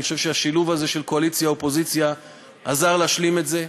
אני חושב שהשילוב הזה של קואליציה ואופוזיציה עזר להשלים את זה,